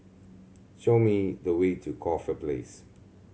show me the way to Corfe Place